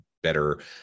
better